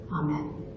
Amen